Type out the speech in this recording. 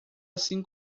assim